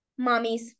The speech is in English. mommies